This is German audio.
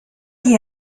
die